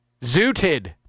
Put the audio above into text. Zooted